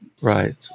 Right